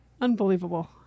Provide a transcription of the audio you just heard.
Unbelievable